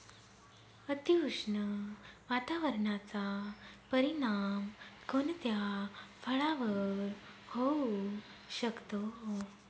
अतिउष्ण वातावरणाचा परिणाम कोणत्या फळावर होऊ शकतो?